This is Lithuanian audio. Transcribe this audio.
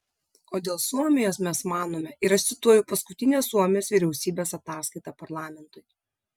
o dėl suomijos mes manome ir aš cituoju paskutinę suomijos vyriausybės ataskaitą parlamentui